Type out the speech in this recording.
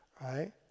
right